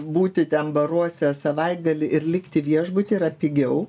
būti ten baruose savaitgalį ir likti viešbuty yra pigiau